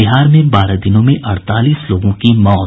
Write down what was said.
बिहार में बारह दिनों में अड़तालीस की मौत